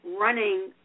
running